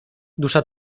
dusza